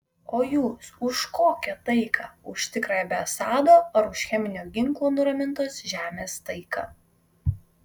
o jūs už kokią taiką už tikrąją be assado ar už cheminio ginklo nuramintos žemės taiką